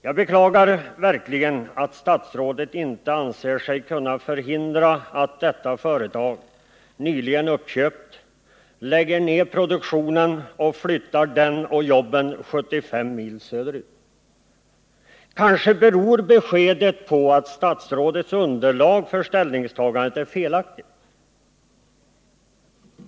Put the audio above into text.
Jag beklagar verkligen att statsrådet inte anser sig kunna förhindra att detta företag, nyligen uppköpt, lägger ned produktionen och flyttar den och jobben 75 mil söderut. Kanske beror beskedet på att statsrådets underlag för ställningstagandet är felaktigt.